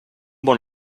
bon